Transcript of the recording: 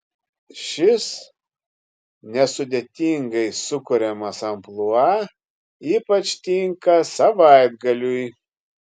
šis nesudėtingai sukuriamas amplua ypač tinka savaitgaliui